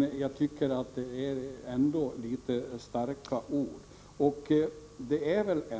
Själv tycker jag att han använder litet väl starka ord. Skulle vi tillskapa